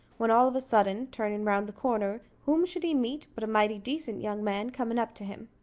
when all of a sudden, turning round the corner, whom should he meet but a mighty decent young man coming up to him.